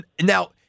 Now